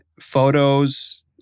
photos